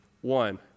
one